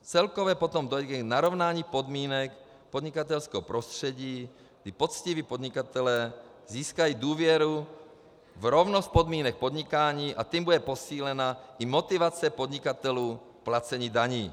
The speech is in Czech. Celkově potom dojde i k narovnání podmínek podnikatelského prostředí, kdy poctiví podnikatelé získají důvěru v rovnost podmínek podnikání, a tím bude posílena i motivace podnikatelů k placení daní.